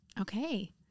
Okay